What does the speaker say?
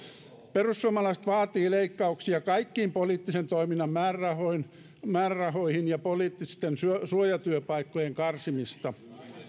perussuomalaiset vaatii leikkauksia kaikkiin poliittisen toiminnan määrärahoihin määrärahoihin ja poliittisten suojatyöpaikkojen karsimista